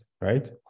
right